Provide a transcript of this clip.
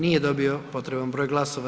Nije dobio potreban broj glasova.